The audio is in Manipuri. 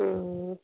ꯑꯥ